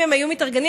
אם היו מתארגנים.